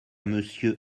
monsieur